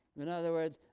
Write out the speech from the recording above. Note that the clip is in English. in other words,